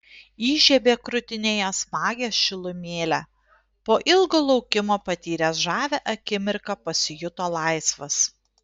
įžiebė krūtinėje smagią šilumėlę po ilgo laukimo patyręs žavią akimirką pasijuto laisvas